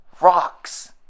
Rocks